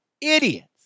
idiots